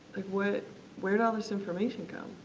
what where did all this information come?